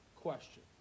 question